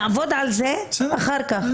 נעבוד על זה אחר כך.